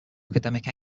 academic